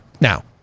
now